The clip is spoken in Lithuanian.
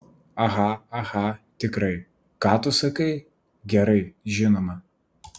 aha aha tikrai ką tu sakai gerai žinoma